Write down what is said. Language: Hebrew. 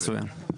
מצוין.